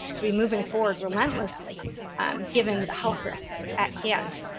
to be moving forward relentlessly um given the health risks at hand.